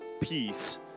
peace